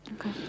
Okay